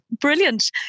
brilliant